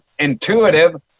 intuitive